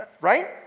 Right